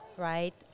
Right